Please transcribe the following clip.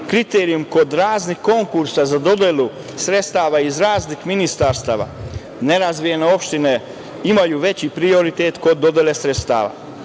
kriterijum kod raznih konkursa za dodelu sredstava iz raznih ministarstava, nerazvijene opštine imaju veći prioritet kod dodele sredstava.